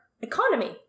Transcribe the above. economy